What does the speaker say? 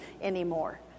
anymore